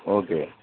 okay